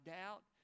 doubt